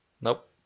Nope